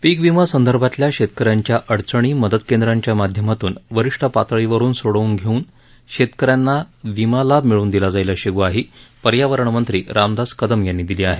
पीक विमा संदर्भातल्या शेतकऱ्यांच्या अडचणी मदत केंद्रांच्या माध्यमातून वरिष्ठ पातळीवरून सोडवून घेऊन शेतकऱ्यांना विमा लाभ मिळवून दिला जाईल अशी ग्वाही पर्यावरण मंत्री रामदास कदम यांनी दिली आहे